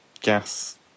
gas